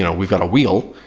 you know we've got a wheel.